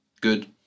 good